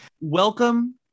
Welcome